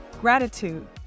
Gratitude